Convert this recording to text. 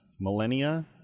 millennia